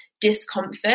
discomfort